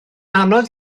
anodd